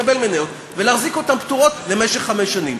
לקבל מניות ולהחזיק אותן פטורות למשך חמש שנים.